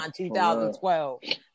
2012